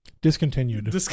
Discontinued